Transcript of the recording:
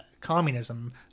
communism